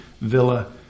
villa